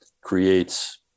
creates